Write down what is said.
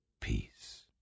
peace